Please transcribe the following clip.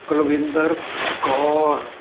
Kulwinder Kaur